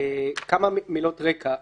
כמה מילות רקע: